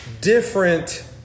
different